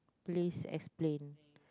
please explain